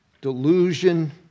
delusion